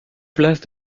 place